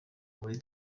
muri